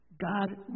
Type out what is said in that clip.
God